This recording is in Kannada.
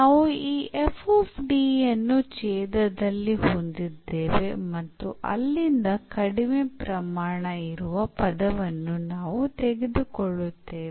ನಾವು ಈ ಯನ್ನು ಛೇದದಲ್ಲಿ ಹೊಂದಿದ್ದೇವೆ ಮತ್ತು ಅಲ್ಲಿಂದ ಕಡಿಮೆ ಪ್ರಮಾನ ಇರುವ ಪದವನ್ನು ನಾವುತೆಗೆದುಕೊಳ್ಳುತ್ತೇವೆ